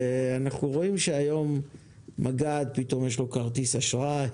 אנחנו רואים שהיום מג"ד פתאום יש לו כרטיס אשראי,